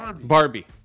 Barbie